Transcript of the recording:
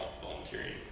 volunteering